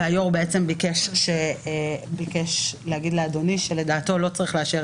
ולכן הוא ביקש להגיד לאדוני שלדעתו לא צריך לאשר